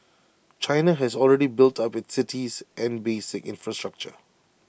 China has already built up its cities and basic infrastructure